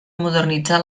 modernitzar